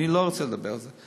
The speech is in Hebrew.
אני לא רוצה לדבר על זה.